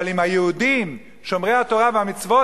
אבל עם היהודים שומרי התורה והמצוות